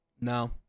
No